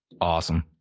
Awesome